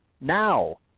Now